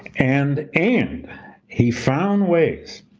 and, and he found ways